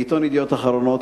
בעיתון "ידיעות אחרונות",